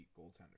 goaltender